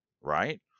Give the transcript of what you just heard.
right